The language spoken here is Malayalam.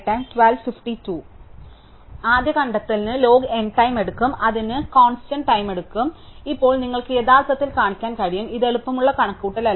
ആദ്യ കണ്ടെത്തലിന് ലോഗ് n ടൈം എടുക്കും അതിന് കോൺസ്റ്റന്റ് ടൈം എടുക്കും അതിനാൽ ഇപ്പോൾ നിങ്ങൾക്ക് യഥാർത്ഥത്തിൽ കാണിക്കാൻ കഴിയും ഇത് എളുപ്പമുള്ള കണക്കുകൂട്ടലല്ല